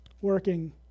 working